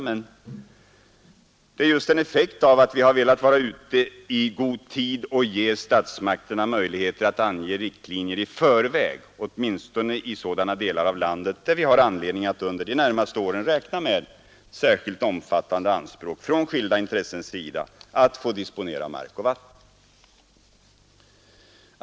Men detta är just en effekt av att vi har velat vara ute i god tid och ge statsmakterna möjlighet att ange riktlinjer i förväg åtminstone i sådana delar av landet där vi har anledning att under de närmaste åren räkna med särskilt omfattande anspråk från skilda intressens sida att få disponera mark och vatten.